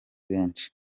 benshi